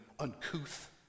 uncouth